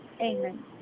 Amen